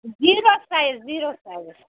zero size zero size